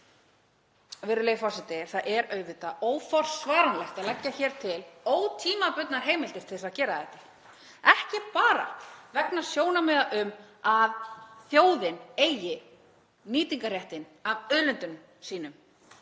Það er auðvitað óforsvaranlegt að leggja hér til ótímabundnar heimildir til að gera þetta, ekki bara vegna sjónarmiða um að þjóðin eigi nýtingarréttinn á auðlindum sínum